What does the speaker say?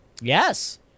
Yes